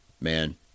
man